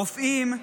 רופאים,